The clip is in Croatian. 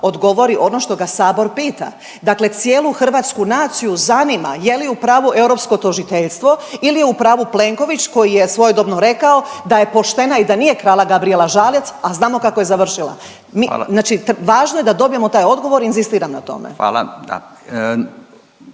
odgovori ono što ga Sabor pita. Dakle cijelu hrvatsku naciju zanima je li u pravo Europsko tužiteljstvo ili je u pravu Plenković koji je svojedobno rekao da je poštena i da nije krala Gabrijela Žalac, a znamo kako je završila …/Upadica Radin: Hvala./… znači važno je da dobijemo taj odgovor, inzistiram na tome.